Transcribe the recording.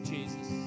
Jesus